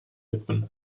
widmen